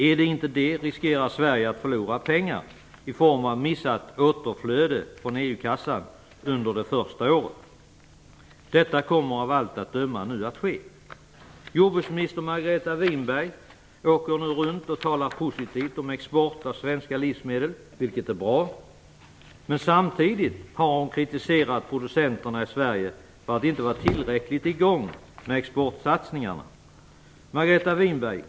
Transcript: Är det inte det, riskerar Sverige att förlora pengar i form av missat återflöde från EU-kassan under det första året. Detta kommer av allt att döma nu att ske. Jordbrukminister Margareta Winberg åker nu runt och talar positivt om export av svenska livsmedel, vilket är bra, men samtidigt har hon kritiserat producenterna i Sverige för att inte ha tillräcklig fart på exportsatsningarna. Margareta Winberg!